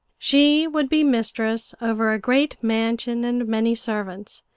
she would be mistress over a great mansion and many servants,